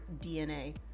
DNA